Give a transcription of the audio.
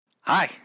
Hi